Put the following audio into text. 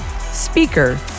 speaker